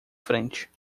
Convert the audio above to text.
frente